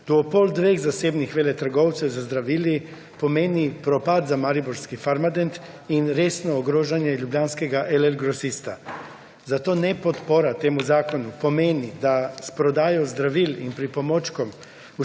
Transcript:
Duopol dveh zasebnih veletrgovcev z zdravili pomeni propad za mariborski Farmadent in resno ogrožanje ljubljanskega LL Grosista. Zato nepodpora temu zakonu pomeni, da s prodajo zdravil in pripomočkov